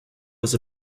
was